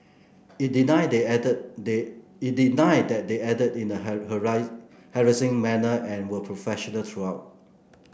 it denied they acted it denied that they acted in a harassing manner and were professional throughout